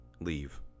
leave